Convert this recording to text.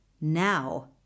Now